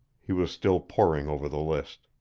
he was still poring over the list.